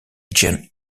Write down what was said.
gene